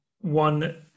One